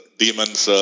demons